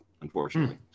unfortunately